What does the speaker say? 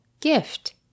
gift